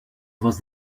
was